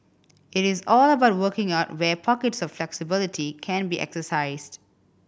it is all about working out where pockets of flexibility can be exercised